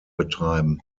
betreiben